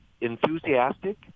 enthusiastic